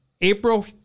April